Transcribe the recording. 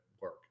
work